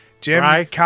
Jim